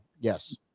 Yes